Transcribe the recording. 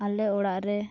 ᱟᱞᱮ ᱚᱲᱟᱜᱨᱮ